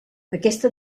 aquesta